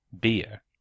beer